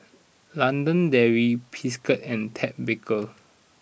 London Dairy Friskies and Ted Baker